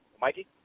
Mikey